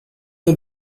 nur